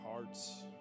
hearts